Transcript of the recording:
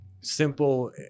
simple